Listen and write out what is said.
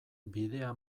bidea